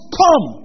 come